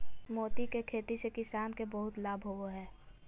मोती के खेती से किसान के बहुत लाभ होवो हय